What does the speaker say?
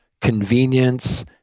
convenience